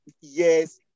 yes